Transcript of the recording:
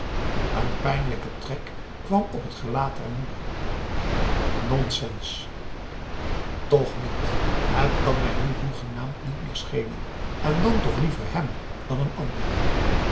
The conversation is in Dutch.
een pijnlijke trek kwam op het gelaat der moeder nonsense toch niet het kan mij nu hoegenaamd niet meer schelen en dan toch liever hem dan een ander